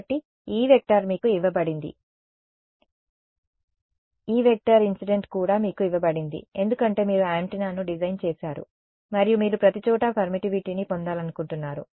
కాబట్టి E మీకు ఇవ్వబడింది Einc కూడా మీకు ఇవ్వబడింది ఎందుకంటే మీరు యాంటెన్నాను డిజైన్ చేసారు మరియు మీరు ప్రతిచోటా పర్మిటివిటీని పొందాలనుకుంటున్నారు